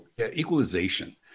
equalization